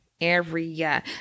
area